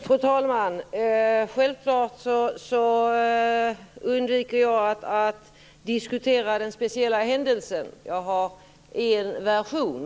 Fru talman! Självklart undviker jag att diskutera denna speciella händelse. Jag har en version.